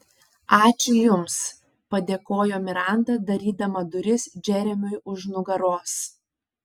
ačiū jums padėkojo miranda darydama duris džeremiui už nugaros